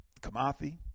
Kamathi